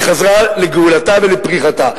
היא חזרה לגאולתה ולפריחתה,